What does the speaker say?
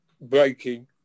breaking